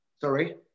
Sorry